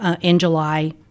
in-July